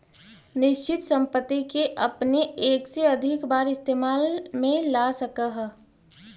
निश्चित संपत्ति के अपने एक से अधिक बार इस्तेमाल में ला सकऽ हऽ